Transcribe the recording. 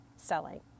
selling